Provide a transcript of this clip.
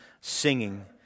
singing